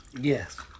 Yes